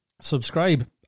subscribe